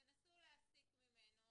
תנסו להסיק ממנו